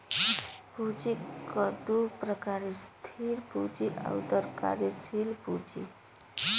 पूँजी क दू प्रकार स्थिर पूँजी आउर कार्यशील पूँजी